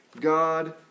God